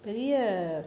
பெரிய